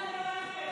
בכדורגל.